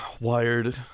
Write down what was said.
wired